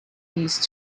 these